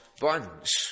buns